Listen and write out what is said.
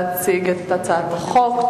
שנבצר ממנו להציג את הצעת החוק,